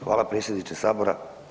Hvala predsjedniče sabora.